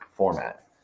format